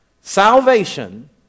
Salvation